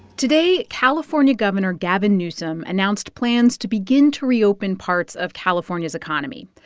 today, california governor gavin newsom announced plans to begin to reopen parts of california's economy.